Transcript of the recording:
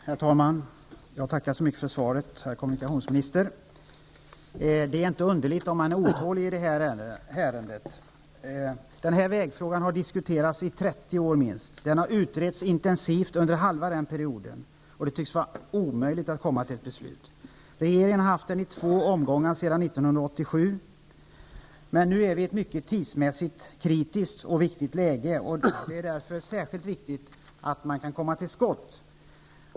Herr talman! Jag tackar så mycket för svaret, herr kommunikationsminister. Det är inte underligt om man är otålig i detta ärendet. Denna vägfråga har diskuterats i minst 30 år, och den har utretts intensivt under halva denna period, men det tycks vara omöjligt att komma fram till ett beslut. Regeringen har haft den uppe i två omgångar sedan 1987, men nu är vi inne i ett tidsmässigt kritiskt och viktigt läge. Det är därför särskilt angeläget att man kan komma till skott.